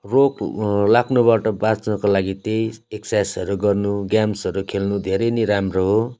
रोग लाग्नुबाट बाँच्नुको लागि त्यही एकसाइजहरू गर्नु गेम्सहरू खेल्नु धेरै नै राम्रो हो